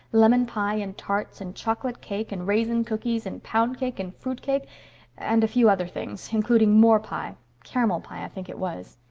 lemon pie and tarts and chocolate cake and raisin cookies and pound cake and fruit cake and a few other things, including more pie caramel pie, i think it was.